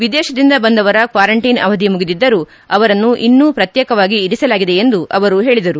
ವಿದೇಶದಿಂದ ಬಂದವರ ಕ್ವಾರಂಟೈನ್ ಅವಧಿ ಮುಗಿದಿದ್ದರೂ ಅವರನ್ನು ಇನ್ನೂ ಪ್ರತ್ಯೇಕವಾಗಿ ಇರಿಸಲಾಗಿದೆ ಎಂದು ಅವರು ಹೇಳಿದರು